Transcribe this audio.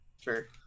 sure